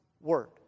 word